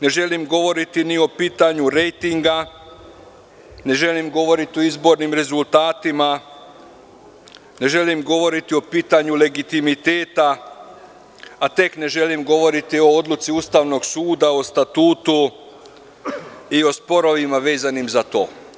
Ne želim govoriti ni o pitanju rejtinga, ne želim govoriti o izbornim rezultatima, ne želim govoriti o pitanju legitimiteta, a tek ne želim govoriti o odluci Ustavnog suda, o Statutu i o sporovima vezanim za to.